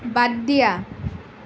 বাদ দিয়া